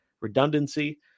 redundancy